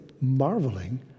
marveling